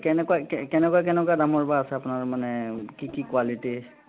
কেনেকুৱা কেনেকুৱা কেনেকুৱা দামৰ বা আছে আপোনাৰ মানে কি কি কোৱালিটিৰ